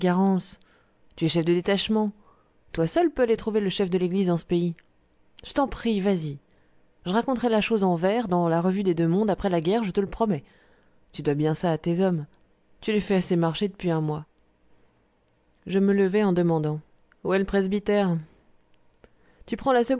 tu es chef de détachement toi seul peux aller trouver le chef de l'eglise en ce pays je t'en prie vas-y je raconterai la chose en vers dans la revue des deux-mondes après la guerre je te le promets tu dois bien ça à tes hommes tu les fais assez marcher depuis un mois je me levai en demandant où est le presbytère tu prends la